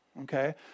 Okay